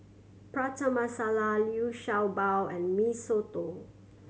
Prata Masala Liu Sha Bao and Mee Soto